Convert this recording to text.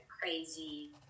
crazy